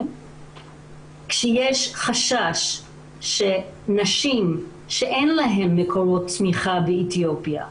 יש חשש שנשים שאין להן מקורות תמיכה באתיופיה.